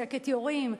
שקט, יורים,